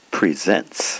presents